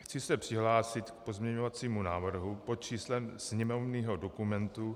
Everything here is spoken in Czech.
Chci se přihlásit k pozměňovacímu návrhu pod číslem sněmovního dokumentu 3893.